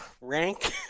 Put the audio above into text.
Rank